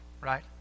right